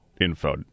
info